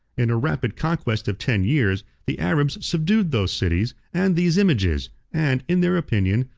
in a rapid conquest of ten years, the arabs subdued those cities and these images and, in their opinion,